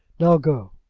now go!